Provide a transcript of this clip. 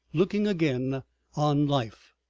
looking again on life.